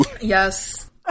Yes